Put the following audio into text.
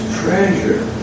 treasure